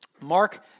Mark